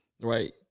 Right